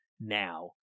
now